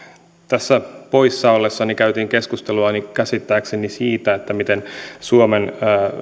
tässä poissa ollessani käytiin keskustelua käsittääkseni ainakin siitä miten suomen